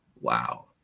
Wow